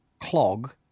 clog